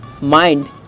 Mind